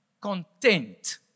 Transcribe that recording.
content